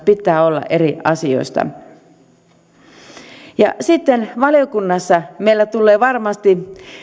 pitää olla eri asioista sitten valiokunnassa meillä tulee varmasti